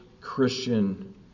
Christian